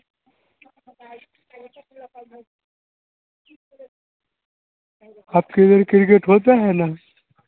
आपके उधर क्रिकेट होते है ना